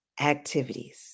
activities